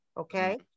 okay